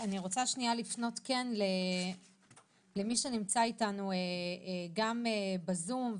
אני רוצה לפנות למי שנמצא איתנו גם בזום,